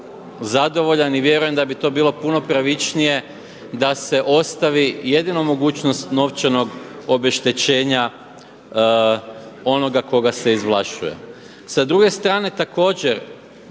zadovoljan i vjerujem da bi to bilo puno pravičnije da se ostavi jedino mogućnost novčanog obeštećenja onoga koga se izvlašćuje.